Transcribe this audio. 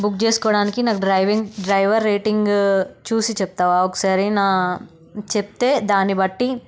book చేసుకోవడానికి నాకు driving driver rating చూసి చెప్తావా ఒకసారి నా చెప్తే దాన్ని బట్టి